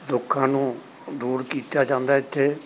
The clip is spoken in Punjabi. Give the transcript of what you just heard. ਦੁੱਖਾਂ ਨੂੰ ਦੂਰ ਕੀਤਾ ਜਾਂਦਾ ਇੱਥੇ